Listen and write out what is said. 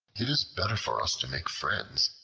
it is better for us to make friends,